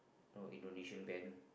or Indonesian band